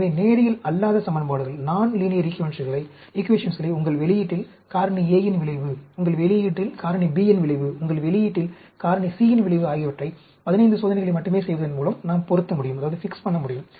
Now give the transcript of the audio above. எனவே நேரியல் அல்லாத சமன்பாடுகளை உங்கள் வெளியீட்டில் காரணி A இன் விளைவு உங்கள் வெளியீட்டில் காரணி B இன் விளைவு உங்கள் வெளியீட்டில் காரணி C இன் விளைவு ஆகியவற்றை 15 சோதனைகளை மட்டுமே செய்வதன் மூலம் நாம் பொருத்த முடியும்